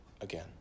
again